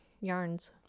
yarns